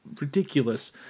ridiculous